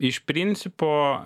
iš principo